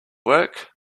work